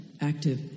active